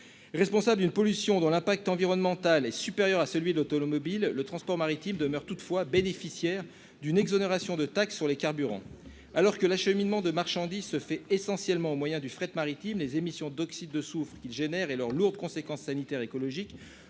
Responsable d'une pollution dont l'impact environnemental est supérieur à celui de l'automobile, le transport maritime demeure toutefois bénéficiaire d'une exonération de taxe sur les carburants. Alors que l'acheminement de marchandises se fait essentiellement au moyen du fret maritime, les émissions d'oxyde de soufre générées par ce dernier et leurs lourdes conséquences sanitaires et écologiques